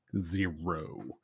Zero